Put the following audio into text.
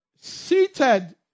seated